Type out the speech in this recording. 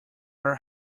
are